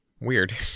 weird